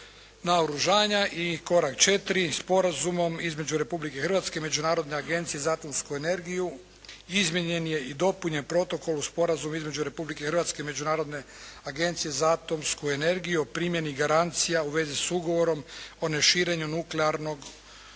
naoružanja. I korak 4. Sporazumom između Republike Hrvatske i Međunarodne agencije za atomsku energiju izmijenjen je dopunjen protokol u Sporazumu između Republike Hrvatske i Međunarodne agencije za atomsku energiju o primjeni garancija u vezi sa Ugovorom o neširenju nuklearnog